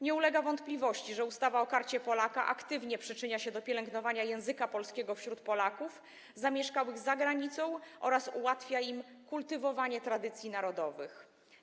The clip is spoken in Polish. Nie ulega wątpliwości, że ustawa o Karcie Polaka aktywnie przyczynia się do pielęgnowania języka polskiego wśród Polaków zamieszkałych za granicą oraz ułatwia im kultywowanie tradycji narodowych.